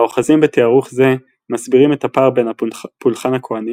האוחזים בתארוך זה מסבירים את הפער בין הפולחן הכהני